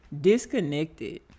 disconnected